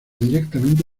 directamente